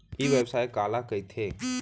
ई व्यवसाय काला कहिथे?